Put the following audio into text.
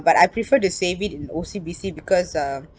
but I prefer to save it in O_C_B_C because uh